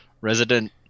resident